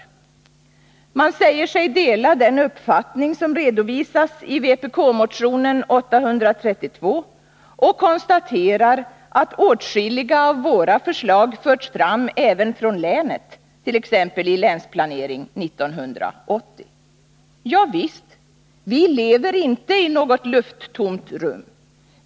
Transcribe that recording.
Utskottet säger sig dela den uppfattning som redovisas i vpk-motionen 832 och konstaterar att åtskilliga av våra förslag förts fram även från länet, t.ex. i Länsplanering 1980. Javisst, vi lever inte i något lufttomt rum.